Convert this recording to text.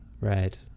right